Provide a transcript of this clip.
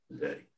today